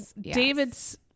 david's